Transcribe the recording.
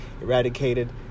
eradicated